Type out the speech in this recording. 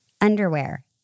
underwear